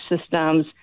systems